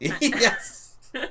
Yes